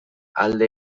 alde